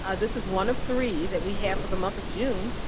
ah this is one of three that we have for the month of june.